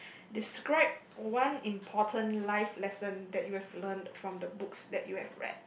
describe one important life lesson that you have learn from the books that you have read